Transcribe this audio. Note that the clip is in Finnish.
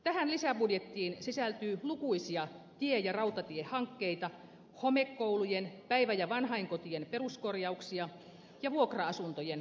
tähän lisäbudjettiin sisältyy lukuisia tie ja rautatiehankkeita homekoulujen päivä ja vanhainkotien peruskorjauksia ja vuokra asuntojen rakentamista